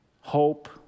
Hope